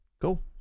Cool